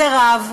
סירב,